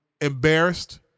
embarrassed